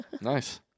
Nice